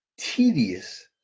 tedious